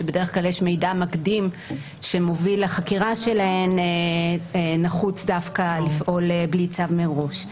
שבדרך כלל יש מידע מקדים שמוביל לחקירה שלהן נחוץ לפעול בלי צו מראש?